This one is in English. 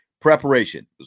preparation